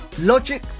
Logic